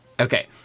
Okay